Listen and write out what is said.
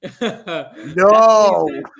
No